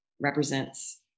represents